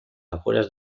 afueras